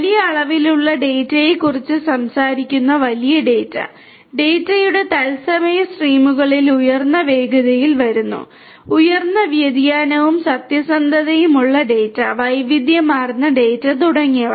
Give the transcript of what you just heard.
വലിയ അളവിലുള്ള ഡാറ്റയെക്കുറിച്ച് സംസാരിക്കുന്ന വലിയ ഡാറ്റ ഡാറ്റയുടെ തത്സമയ സ്ട്രീമുകളിൽ ഉയർന്ന വേഗതയിൽ വരുന്നു ഉയർന്ന വ്യതിയാനവും സത്യസന്ധതയും ഉള്ള ഡാറ്റ വൈവിധ്യമാർന്ന ഡാറ്റ തുടങ്ങിയവ